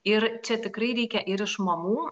ir čia tikrai reikia ir iš mamų